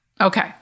Okay